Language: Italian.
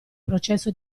processo